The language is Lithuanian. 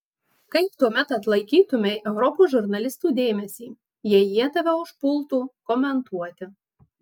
kaip tuomet atlaikytumei europos žurnalistų dėmesį jei jie tave užpultų komentuoti